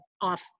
off